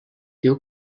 diu